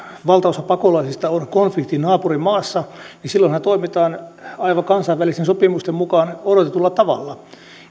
valtaosa pakolaisista on konfliktin naapurimaassa niin silloinhan toimitaan aivan kansainvälisten sopimusten mukaan odotetulla tavalla